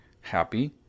happy